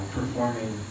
performing